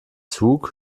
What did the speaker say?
zug